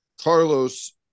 Carlos